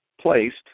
placed